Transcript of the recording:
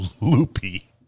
Loopy